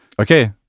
Okay